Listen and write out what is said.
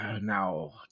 now